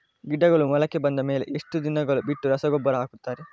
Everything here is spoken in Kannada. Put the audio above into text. ಗಿಡಗಳು ಮೊಳಕೆ ಬಂದ ಮೇಲೆ ಎಷ್ಟು ದಿನಗಳು ಬಿಟ್ಟು ರಸಗೊಬ್ಬರ ಹಾಕುತ್ತಾರೆ?